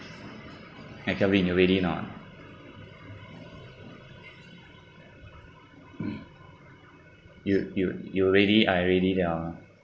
hi kevin you ready now ah you you you ready I ready liao ah